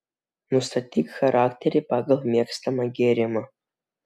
nustatyk charakterį pagal mėgstamą gėrimą